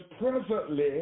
presently